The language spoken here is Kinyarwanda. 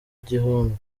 gihundwe